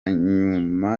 nyuma